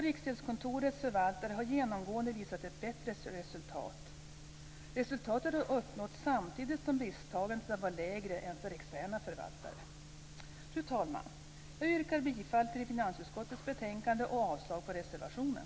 Riksgäldskontorets förvaltare har genomgående visat ett bättre resultat. Resultatet har uppnåtts samtidigt som risktagandet har varit lägre än för externa förvaltare. Fru talman! Jag yrkar bifall till hemställan i finansutskottets betänkande och avslag på reservationen.